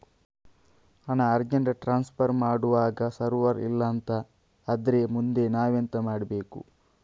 ಹಣ urgent transfer ಮಾಡ್ವಾಗ server ಇಲ್ಲಾಂತ ಆದ್ರೆ ಮುಂದೆ ನಾವೆಂತ ಮಾಡ್ಬೇಕು?